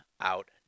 out